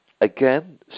Again